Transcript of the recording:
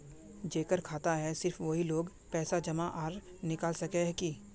जेकर खाता है सिर्फ वही लोग पैसा जमा आर निकाल सके है की?